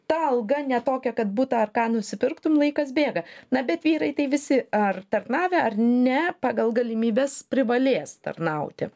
ta alga ne tokia kad butą ar ką nusipirktum laikas bėga na bet vyrai tai visi ar tarnavę ar ne pagal galimybes privalės tarnauti